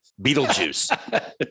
Beetlejuice